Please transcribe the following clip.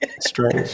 strange